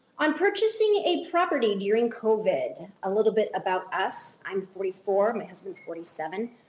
on purchasing a property during covid a little bit about us. i'm forty four, my husband's forty seven.